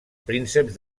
prínceps